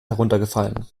heruntergefallen